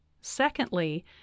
Secondly